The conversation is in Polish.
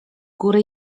góry